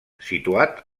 situat